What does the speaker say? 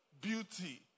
beauty